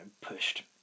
pushed